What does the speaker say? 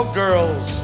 girls